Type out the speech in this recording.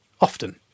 often